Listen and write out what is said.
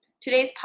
Today's